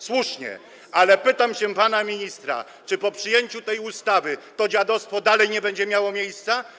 Słusznie, ale pytam pana ministra, czy po przyjęciu tej ustawy to dziadostwo dalej nie będzie miało miejsca.